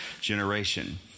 generation